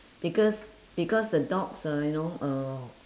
because because the dogs uh you know uh